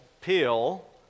Peel